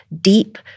deep